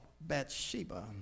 Bathsheba